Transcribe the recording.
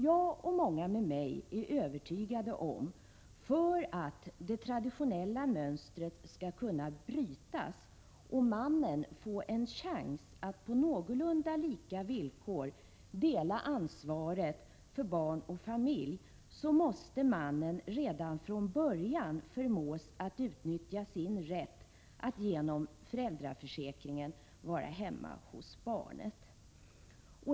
Jag och många med mig är övertygade om att för att det traditionella mönstret skall kunna brytas och mannen få en chans att på någorlunda lika villkor dela ansvaret för barn och familj måste mannen redan från början förmås att utnyttja sin rätt att genom föräldraförsäkringen vara hemma hos barnet.